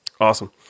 Awesome